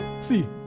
See